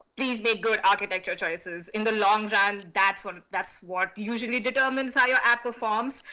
please make good architecture choices. in the long run that's what that's what usually determines how your app performs.